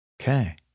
Okay